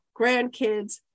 grandkids